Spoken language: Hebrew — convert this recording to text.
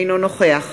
אינו נוכח